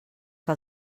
que